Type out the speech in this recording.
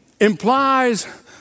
implies